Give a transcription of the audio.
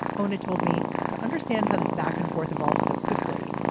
owna told me to understand how this back and forth evolves so quickly.